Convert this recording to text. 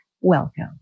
welcome